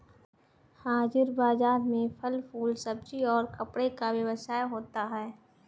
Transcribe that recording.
हाजिर बाजार में फल फूल सब्जी और कपड़े का व्यवसाय होता है